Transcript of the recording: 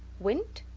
wind?